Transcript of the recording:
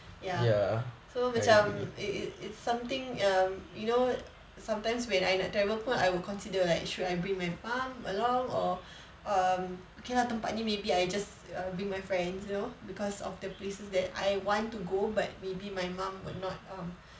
ya so macam it it it's something um you know sometimes when I nak travel pun I will consider like should I bring my mum along or um okay lah tempat ni maybe I err just bring my friends you know because of the places that I want to go back but maybe my mum would not um